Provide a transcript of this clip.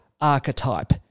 archetype